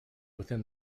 within